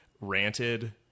ranted